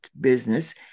business